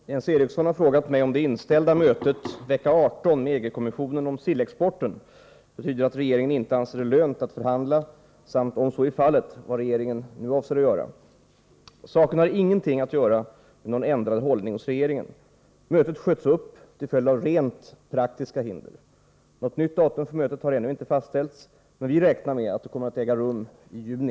Herr talman! Jens Eriksson har frågat mig om det inställda mötet vecka 18 med EG-kommissionen om sillexporten betyder att regeringen inte anser det lönt att förhandla samt, om så är fallet, vad regeringen nu avser att göra. Saken har ingenting att göra med någon ändrad hållning hos regeringen. Mötet sköts upp till följd av rent praktiska hinder. Något nytt datum för mötet har ännu inte fastställts, men vi räknar med att det kommer att äga rum under juni.